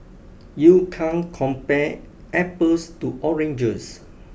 you can't compare apples to oranges